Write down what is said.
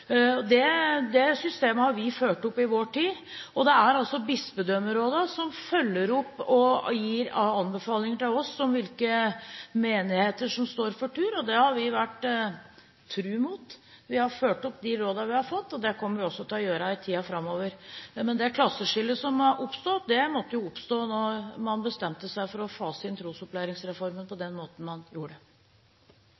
Det systemet har vi fulgt opp i vår tid. Det er altså bispedømmerådene som følger opp og gir anbefalinger til oss om hvilke menigheter som står for tur, og det har vi vært tro mot. Vi har fulgt opp de rådene vi har fått, og det kommer vi også til å gjøre i tiden framover. Det klasseskillet som har oppstått, måtte oppstå når man bestemte seg for å fase inn trosopplæringsreformen på